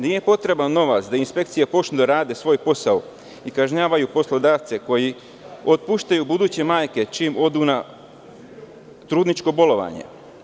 Nije potreban novac da inspekcija počne da radi svoj posao i kažnjavaju poslodavce koji otpuštaju buduće majke čim odu na trudničko bolovanje.